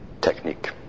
technique